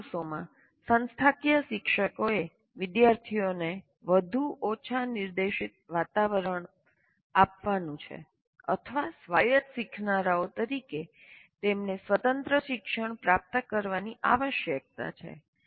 આ દિવસોમાં સંસ્થાકીય શિક્ષકોએ વિદ્યાર્થીઓને વધુ ઓછા નિર્દેશિત વાતાવરણ આપવાનું છે અથવા સ્વાયત્ત શીખનારાઓ તરીકે તેમણે સ્વતંત્ર શિક્ષણ પ્રાપ્ત કરવાની આવશ્યકતા છે